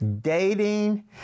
dating